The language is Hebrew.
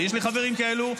יש לי חברים כאלה,